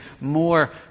more